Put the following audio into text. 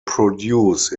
produce